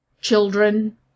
children